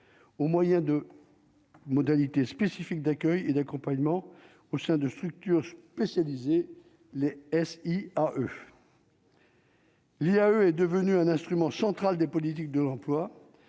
au moyen de modalités spécifiques d'accueil et d'accompagnement au sein de structures spécialisées, le S. I. A. E. Il y a, est devenue un instrument central des politiques de l'emploi